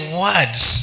words